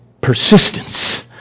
persistence